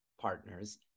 partners